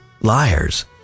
Liars